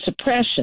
suppression